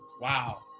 Wow